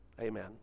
Amen